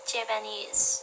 Japanese